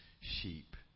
sheep